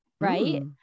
right